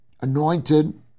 anointed